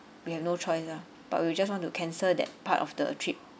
we have no choice ah but we just want to cancel that part of the trip